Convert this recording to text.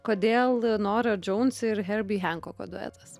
kodėl norah jones ir herbi henkoko duetas